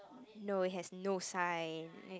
no it has no sign